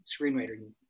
screenwriter